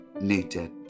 needed